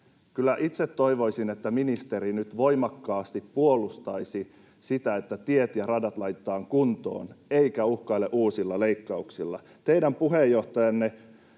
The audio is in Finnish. itse toivoisin, että ministeri nyt voimakkaasti puolustaisi sitä, että tiet ja radat laitetaan kuntoon, eikä uhkaile uusilla leikkauksilla.